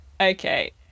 okay